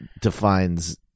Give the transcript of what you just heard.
defines